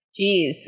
Jeez